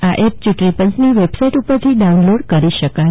આ એપ યૂંટણીપંયની વેબસાઈટ ઉપરથી ડાઉનલોડ કરી શકાશે